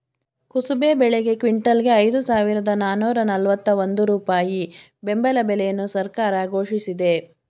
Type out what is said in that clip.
ಕುಸುಬೆ ಬೆಳೆಗೆ ಕ್ವಿಂಟಲ್ಗೆ ಐದು ಸಾವಿರದ ನಾನೂರ ನಲ್ವತ್ತ ಒಂದು ರೂಪಾಯಿ ಬೆಂಬಲ ಬೆಲೆಯನ್ನು ಸರ್ಕಾರ ಘೋಷಿಸಿದೆ